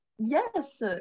Yes